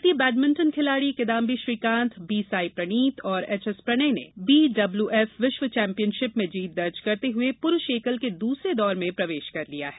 भारतीय बैडमिंटन खिलाडी किदांबी श्रीकांत बी सांई प्रणीत और एचएस प्रणय ने बीडब्ल्युएफ विश्व चैंपियनशिप में जीत दर्ज करते हुए पुरूष एकल के दूसरे दौर में प्रवेश कर लिया है